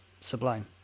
sublime